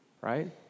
right